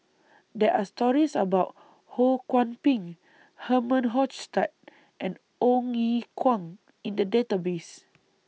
There Are stories about Ho Kwon Ping Herman Hochstadt and Ong Ye Kuang in The Database